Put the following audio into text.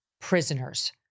prisoners